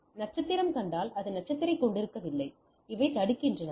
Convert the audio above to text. இந்த நட்சத்திரம் கண்டால் இதுவும் நட்சத்திரத்தைக் கொண்டிருக்கவில்லை இவை தடுக்கின்றன